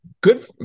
good